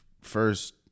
first